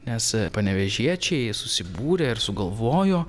nes panevėžiečiai susibūrė ir sugalvojo